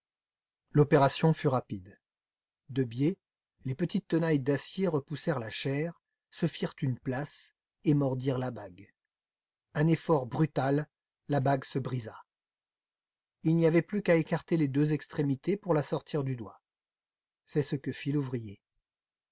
l'opération fut rapide de biais les petites tenailles d'acier repoussèrent la chair se firent une place et mordirent la bague un effort brutal la bague se brisa il n'y avait plus qu'à écarter les deux extrémités pour la sortir du doigt c'est ce que fit l'ouvrier